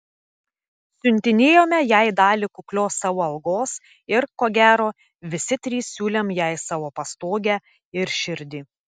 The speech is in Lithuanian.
siuntinėjome jai dalį kuklios savo algos ir ko gero visi trys siūlėm jai savo pastogę ir širdį